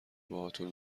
باهاتون